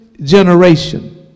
generation